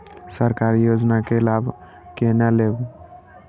सरकारी योजना के लाभ केना लेब?